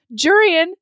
Jurian